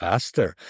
Faster